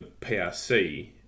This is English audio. PRC